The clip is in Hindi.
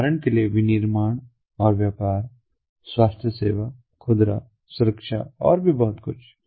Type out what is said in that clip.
उदाहरण के लिए विनिर्माण और व्यापार स्वास्थ्य सेवा खुदरा सुरक्षा और भी बहुत कुछ